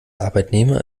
arbeitnehmer